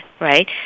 right